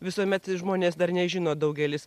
visuomet žmonės dar nežino daugelis